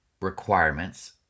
requirements